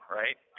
right